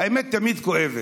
האמת תמיד כואבת.